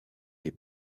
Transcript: les